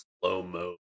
Slow-mo